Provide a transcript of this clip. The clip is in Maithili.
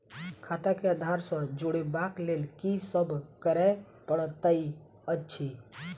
खाता केँ आधार सँ जोड़ेबाक लेल की सब करै पड़तै अछि?